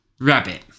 Rabbit